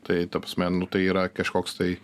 tai ta prasme nu tai yra kažkoks tai